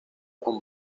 con